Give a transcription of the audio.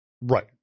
Right